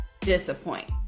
disappoint